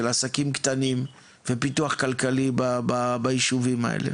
של עסקים קטנים ופיתוח כלכלי ביישובים האלה?